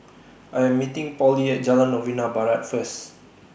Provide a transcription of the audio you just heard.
I Am meeting Pollie At Jalan Novena Barat First